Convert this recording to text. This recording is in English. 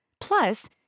Plus